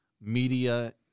media